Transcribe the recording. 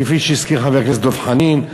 כפי שהזכיר חבר הכנסת דב חנין.